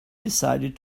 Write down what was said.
decided